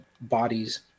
bodies